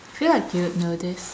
feel like you'd know this